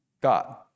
God